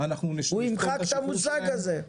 הוא אמר שהוא ימחק את המושג הזה.